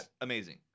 amazing